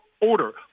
order